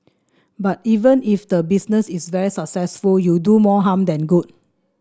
but even if the business is very successful you'll do more harm than good